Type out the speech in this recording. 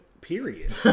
period